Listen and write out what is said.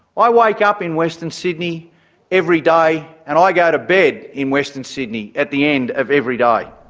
i wake up in western sydney every day and i go to bed in western sydney at the end of every day.